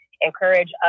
encourage